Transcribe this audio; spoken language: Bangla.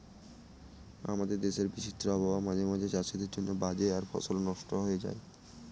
আমাদের দেশের বিচিত্র আবহাওয়া মাঝে মাঝে চাষীদের জন্য বাজে আর ফসলও নস্ট হয়ে যায়